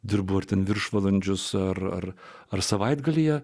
dirbu ar ten viršvalandžius ar ar savaitgalyje